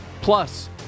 Plus